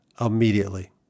immediately